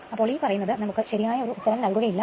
അപ്പോൾ ഈ പറയുന്നത് നമുക്ക് ശെരിയായ ഉത്തരം നൽകുകയില്ല